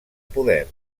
poder